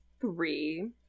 three